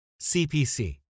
cpc